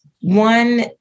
one